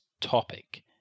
topic